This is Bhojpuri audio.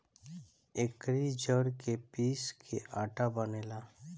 एकरी जड़ के पीस के आटा बनेला